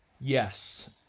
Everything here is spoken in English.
Yes